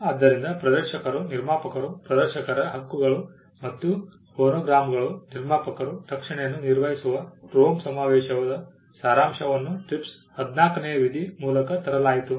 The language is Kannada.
ಆದ್ದರಿಂದ ಪ್ರದರ್ಶಕರು ನಿರ್ಮಾಪಕರು ಪ್ರದರ್ಶಕರ ಹಕ್ಕುಗಳು ಮತ್ತು ಫೋನೋಗ್ರಾಮ್ಗಳ ನಿರ್ಮಾಪಕರ ರಕ್ಷಣೆಯನ್ನು ನಿರ್ವಹಿಸುವ ರೋಮ್ ಸಮಾವೇಶದ ಸಾರಾಂಶವನ್ನು TRIPS 14 ನೇ ವಿಧಿ ಮೂಲಕ ತರಲಾಯಿತು